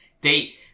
date